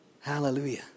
Hallelujah